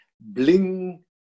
Bling